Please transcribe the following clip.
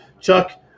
chuck